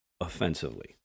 Offensively